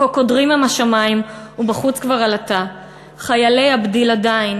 כה קודרים הם השמים / ובחוץ כבר עלטה / חיילי הבדיל עדיין